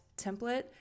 template